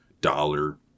dollar